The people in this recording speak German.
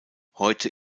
heute